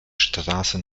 straße